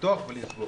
לפתוח ולסגור.